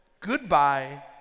goodbye